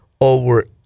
over